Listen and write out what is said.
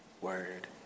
word